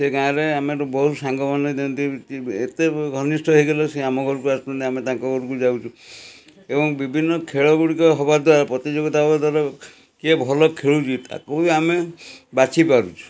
ସେ ଗାଁରେ ଆମର ବହୁତ ସାଙ୍ଗମାନେ ଯେମତି ଏତେ ଘନିଷ୍ଠ ହେଇଗଲେ ସିଏ ଆମ ଘରୁକୁ ଆସୁଛନ୍ତି ଆମେ ତାଙ୍କ ଘରୁକୁ ଯାଉଛୁ ଏବଂ ବିଭିନ୍ନ ଖେଳ ଗୁଡ଼ିକ ହବା ଦ୍ଵାରା ପ୍ରତିଯୋଗିତା ହବା ଦ୍ୱାରା କିଏ ଭଲ ଖେଳୁଛି ତାକୁ ବି ଆମେ ବାଛି ପାରୁଛୁ